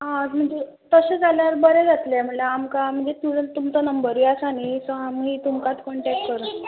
हय म्हणजे तशें जाल्यार बरें जातलें म्हळ्ळ्यार आमकां मागीर तुमचो नंबरूय आसा न्ही सो आमी तुमकांत कॉण्टेक्ट कर